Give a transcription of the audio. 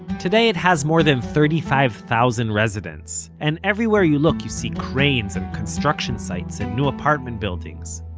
today it has more than thirty five thousand residents, and everywhere you look you see cranes and construction sites and new apartment buildings.